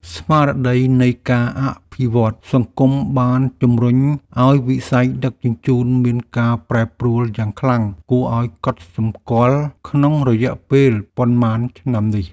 ស្មារតីនៃការអភិវឌ្ឍន៍សង្គមបានជំរុញឱ្យវិស័យដឹកជញ្ជូនមានការប្រែប្រួលយ៉ាងខ្លាំងគួរឱ្យកត់សម្គាល់ក្នុងរយៈពេលប៉ុន្មានឆ្នាំនេះ។